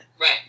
Right